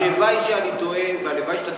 הלוואי שאני טועה והלוואי שתצליח.